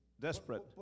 desperate